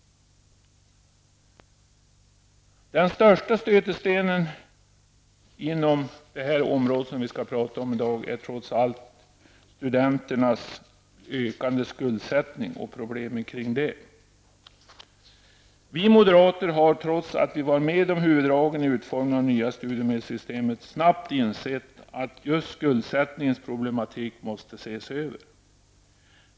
Den största stötestenen är dock studenternas ökade skuldsättning och problemen kring denna. Vi moderater har, trots att vi var med om huvuddragen, utformningen av det nya studiemedelssystemet, snabbt insett att skuldsättningens problematik måste ses över.